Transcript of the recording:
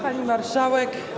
Pani Marszałek!